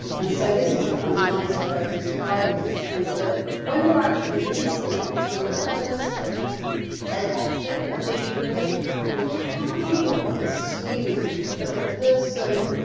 and so this is a kind of nice way of describing this is that when they're actually listening to another person then often habitually we kind of assume that the person